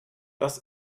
das